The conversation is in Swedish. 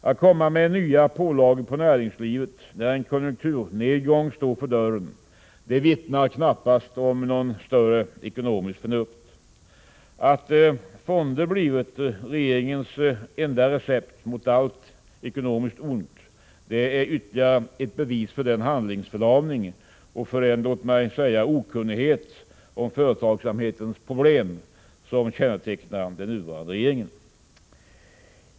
Att komma med nya pålagor på näringslivet när en konjunkturnedgång står för dörren vittnar knappast om något större ekonomiskt förnuft. Att fonder blivit regeringens enda recept mot allt ekonomiskt ont är ytterligare ett bevis för den handlingsförlamning och för den, låt mig säga okunnighet om företagsamhetens problem som kännetecknar den nuvarande regeringen.